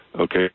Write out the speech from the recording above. Okay